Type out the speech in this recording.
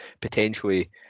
potentially